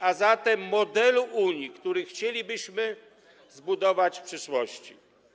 a zatem modelu Unii, który chcielibyśmy zbudować w przyszłości.